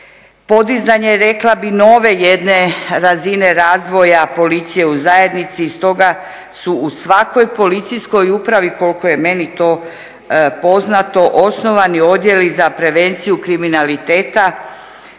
podizanje rekla bih nove jedne razine razvoja policije u zajednici. Stoga su u svakoj policijskoj upravi koliko je meni to poznato osnovani odjeli za prevenciju kriminaliteta